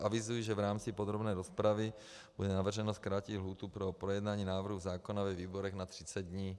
Avizuji, že v rámci podrobné rozpravy bude navrženo zkrátit lhůtu pro projednání návrhu zákona ve výborech na 30 dní.